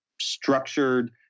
structured